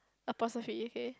apostrophe okay